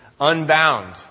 unbound